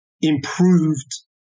improved